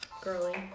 Girly